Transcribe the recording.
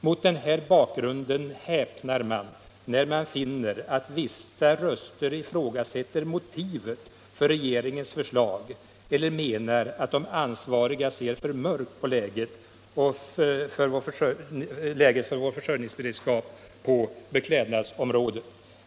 Mot denna bakgrund häpnar man när man finner att vissa människor ifrågasätter motivet för regeringens förslag eller menar att de ansvariga ser för mörkt på läget för vår försörjningsberedskap på beklädnadsområdet.